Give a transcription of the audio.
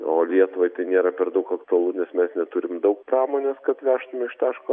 o lietuvai tai nėra per daug aktualu nes mes neturim daug pramonės kad veštum iš taško